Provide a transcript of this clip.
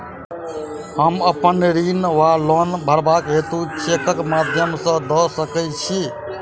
हम अप्पन ऋण वा लोन भरबाक हेतु चेकक माध्यम सँ दऽ सकै छी?